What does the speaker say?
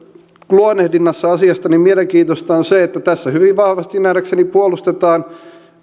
luonnehdinnassa asiasta mielenkiintoista on se että tässä hyvin vahvasti nähdäkseni puolustetaan